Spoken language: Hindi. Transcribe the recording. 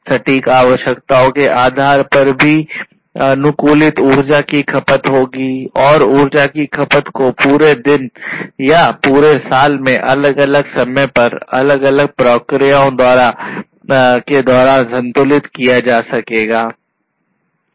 सटीक आवश्यकताओं के आधार पर भी अनुकूलित ऊर्जा की खपत होगी और ऊर्जा की खपत को पूरे दिन या पूरे साल में अलग अलग समय पर अलग अलग प्रक्रियाओं के दौरान संतुलित किया जा सकता है